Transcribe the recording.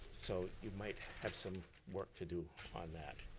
so you might have some work to do on that.